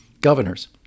governors